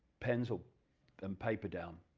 pencils and paper down,